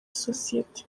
sosiyete